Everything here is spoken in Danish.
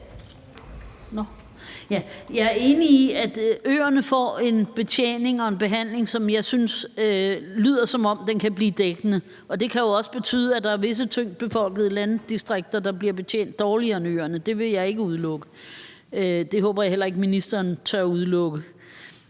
Jeg er enig i, at øerne får en betjening og en behandling, som jeg synes lyder, som om den kan blive dækkende. Det kan jo også betyde, at der er visse tyndtbefolkede landdistrikter, der bliver betjent dårligere end øerne. Det vil jeg ikke udelukke. Det håber jeg heller ikke ministeren tør udelukke.